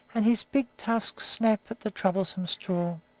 and his big tusks snap at the troublesome straw.